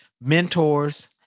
mentors